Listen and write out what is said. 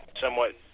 somewhat